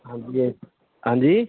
ਹਾਂਜੀ ਹਾਂਜੀ